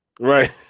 right